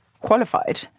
qualified